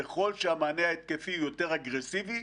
ככל שהמענה ההתקפי הוא יותר אגרסיבי,